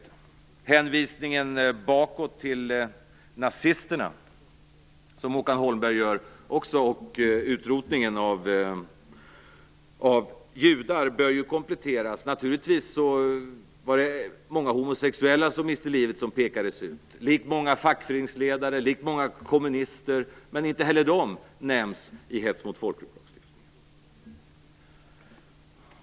Den hänvisning bakåt till nazisterna och utrotningen av judar som Håkan Holmberg gör bör kompletteras. Det var naturligtvis många homosexuella som miste livet, likt många fackföreningsledare och många kommunister. Men inte heller de nämns i hets mot folkgrupp-lagstiftningen.